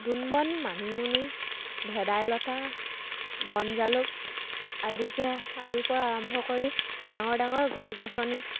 দোণ বন মানিমুনি ভেদাইলতা বন জালুক আদিকে আদিৰ পৰা আৰম্ভ কৰি ডাঙৰ ডাঙৰ গছ গছনি